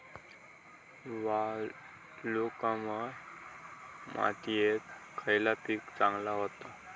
वालुकामय मातयेत खयला पीक चांगला होता?